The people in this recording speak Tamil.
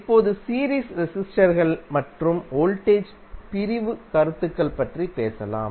இப்போது சீரீஸ் ரெசிஸ்டர் கள் மற்றும் வோல்டேஜ் பிரிவு கருத்துக்கள் பற்றி பேசலாம்